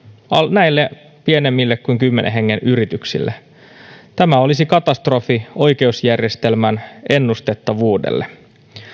näille pienemmille kuin kymmenen hengen yrityksille tämä olisi katastrofi oikeusjärjestelmän ennustettavuudelle